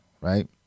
right